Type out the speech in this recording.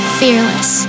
fearless